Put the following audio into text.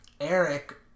Eric